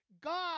God